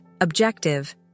objective